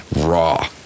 Raw